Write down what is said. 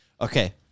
Okay